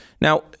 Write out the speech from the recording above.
Now